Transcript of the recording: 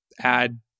add